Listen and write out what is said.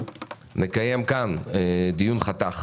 אנחנו נקיים כאן דיון חתך